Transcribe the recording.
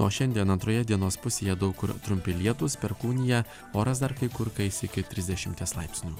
o šiandien antroje dienos pusėje daug kur trumpi lietūs perkūnija oras dar kai kur kais iki trisdešimies laipsnių